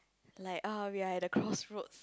like uh we are at the crossroads